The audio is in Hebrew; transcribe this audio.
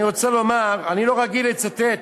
אני רוצה לומר, אני לא רגיל לצטט,